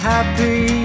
Happy